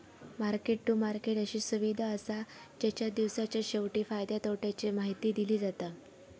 market to market अशी सुविधा असा जेच्यात दिवसाच्या शेवटी फायद्या तोट्याची माहिती दिली जाता